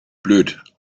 blöd